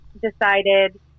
decided